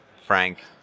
Frank